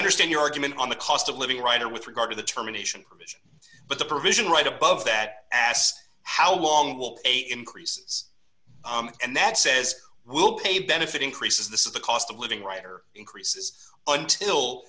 understand your argument on the cost of living right or with regard to the termination provision but the provision right above that asks how long will pay increases and that says we'll pay benefit increases this is the cost of living writer increases until